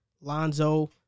Lonzo